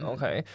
Okay